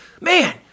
Man